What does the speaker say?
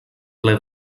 ple